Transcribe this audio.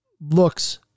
looks